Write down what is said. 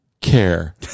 care